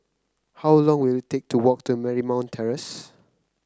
how long will it take to walk to Marymount Terrace